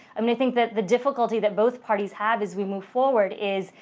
i mean, i think that the difficulty that both parties have as we move forward is,